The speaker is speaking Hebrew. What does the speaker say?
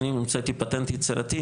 לפני כמה שנים המצאתי פטנט יצירתי,